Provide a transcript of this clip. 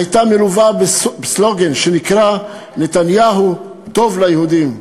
הייתה מלווה בסלוגן שנקרא: נתניהו טוב ליהודים.